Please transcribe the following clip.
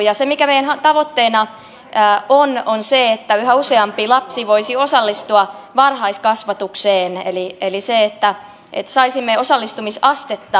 ja se mikä meidän tavoitteena on on se että yhä useampi lapsi voisi osallistua varhaiskasvatukseen eli se että saisimme osallistumisastetta nostettua